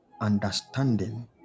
understanding